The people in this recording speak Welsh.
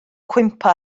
cwympo